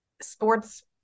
sports